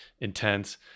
intense